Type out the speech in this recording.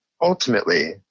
ultimately